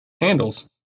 handles